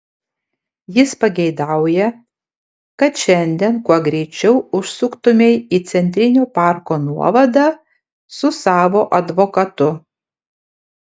jis pageidauja kad šiandien kuo greičiau užsuktumei į centrinio parko nuovadą su savo advokatu